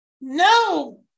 No